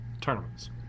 tournaments